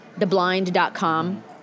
theblind.com